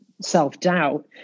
self-doubt